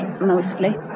Mostly